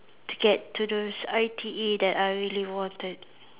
to get to those I_T_E that I really wanted